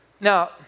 Now